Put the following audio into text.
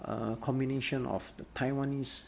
err combination of taiwanese